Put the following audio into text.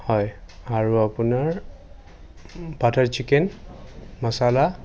হয় আৰু আপোনাৰ বাটাৰ চিকেন মাছালা